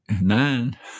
nine